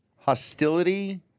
hostility